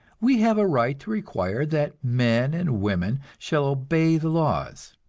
we have a right to require that men and women shall obey the laws.